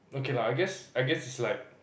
okay lah I guess I guess it's like